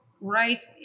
right